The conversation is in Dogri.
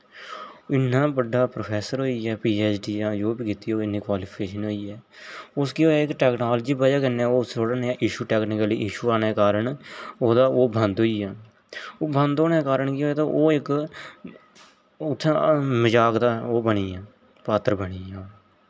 इन्ना बड्डा प्रोफेसर होइयै पी एच डी यां जो वी कीती होग इन्नी क्वालिफिकेशन होइयै उस केह् होया टेक्नोलाजी वजहा कन्नै उसी इश्यू होया थोह्डा नेहा इश्यू ओने दे कारण ओह्दा ओह् बंद होई आ ओह् बंद होने दे कारन केह् होया ओह् इक उत्थें मजाक दा ओह् बनी आ पातर बनी आ